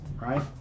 right